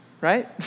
right